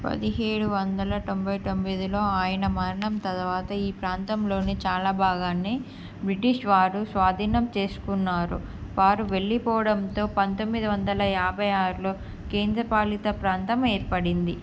పదిహేడు వందల తొంభై తొమ్మిదిలో ఆయన మరణం తరువాత ఈ ప్రాంతంలోని చాలా భాగాన్ని బ్రిటిష్ వారు స్వాధీనం చేసుకున్నారు వారు వెళ్లిపోవడంతో పంతొమ్మిది వందల యాభై ఆరులో కేంద్రపాలిత ప్రాంతం ఏర్పడింది